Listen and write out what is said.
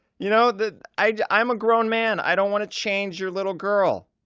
you know, the, i'm a grown man. i don't wanna change your little girl.